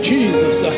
Jesus